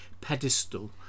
pedestal